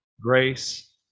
grace